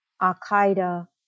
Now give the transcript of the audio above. al-Qaeda